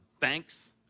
thanks